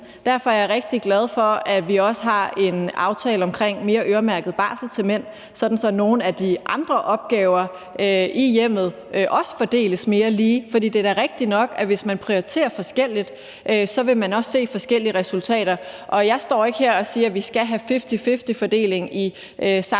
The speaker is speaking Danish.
Derfor er jeg rigtig glad for, at vi også har en aftale omkring mere øremærket barsel til mænd, sådan at nogle af de andre opgaver i hjemmet også fordeles mere lige. For det er da rigtigt nok, at hvis man prioriterer forskelligt, vil man også se forskellige resultater. Og jeg står ikke her og siger, at vi skal have en fifty-fifty-fordeling i samtlige